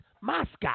Moscow